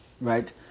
right